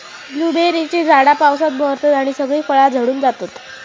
ब्लूबेरीची झाडा पावसात बहरतत आणि सगळी फळा झडून जातत